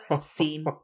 seen